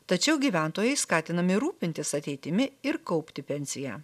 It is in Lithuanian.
tačiau gyventojai skatinami rūpintis ateitimi ir kaupti pensiją